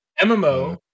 MMO